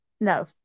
No